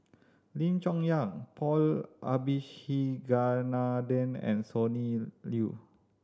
Lim Chong Yah Paul Abisheganaden and Sonny Liew